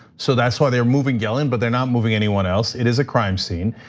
so that's why they're moving gelin but they're not moving anyone else. it is a crime scene.